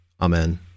Amen